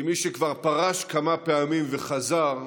כמי שכבר פרש כמה פעמים וחזר,